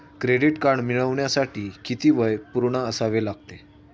Credit card मिळवण्यासाठी किती वय पूर्ण असावे लागते?